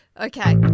Okay